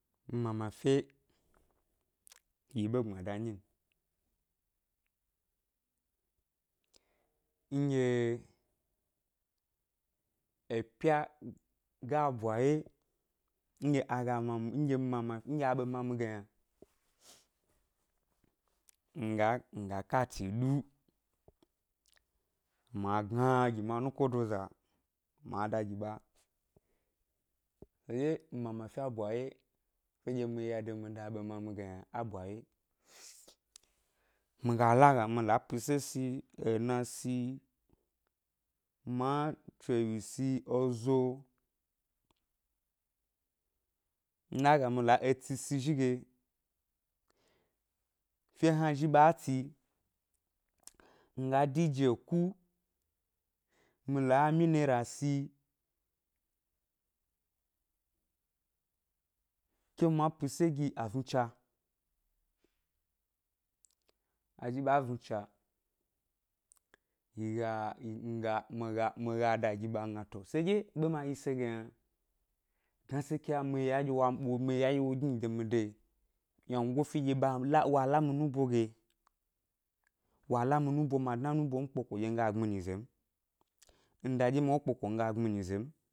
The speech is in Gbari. Mi mama fe yi ɓe gbmada nyi n, nɗye epya ga bwawye nɗye a ga ma mi nɗye mi mama nɗye a ɓe ma mi ge yna, nga nga kati ɗu ma gna gi mi anukodoza ma da gi ɓa eye mi mama fe a bwawye fenɗye mi ʻya de mi ʻda aɓe ma mi ge yna a bwawye, mi ga laga mi la pise si, ena si, ma chewyi si, ezo, mi laga mi la etsi si zhi ge fe hna zhi ɓa tsi, nga dije ku mi la mineral si, ke ma pise gi a znucha, a zhi ɓa znucha, yi ya yi mi ga mi ga ya da gi ɓa mi gna to seɗye ʻɓe ma yi se ge yna, gnasekya mi ʻya ɗye wa ɓo mi ʻya ɗye wo gni de mi ʻda yi, wyangofe nɗye ɓa m la, wa la mi nubo ge wa la mi nubo ma dna é nubo mi kpeko ɗye mi ga gbmi nyize m, mi ʻda ɗye ma wo kpeko ɗye mi ga gbi nyize m